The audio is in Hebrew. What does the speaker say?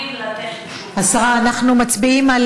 השרה לשוויון חברתי גילה גמליאל: אני בעד.